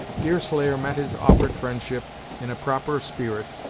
deerslayer met his offered friendship in a proper spirit,